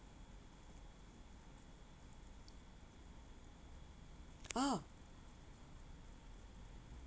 oh